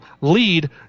lead